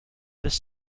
this